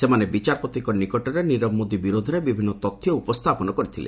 ସେମାନେ ବିଚାରପତିଙ୍କ ନିକଟରେ ନିରବ ମୋଦି ବିରୋଧରେ ବିଭିନ୍ନ ତଥ୍ୟ ଉପସ୍ଥାପନ କରିଥିଲେ